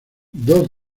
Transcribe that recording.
dos